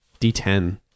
D10